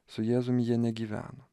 su jėzum jie negyvena